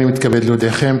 הנני מתכבד להודיעכם,